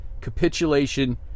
capitulation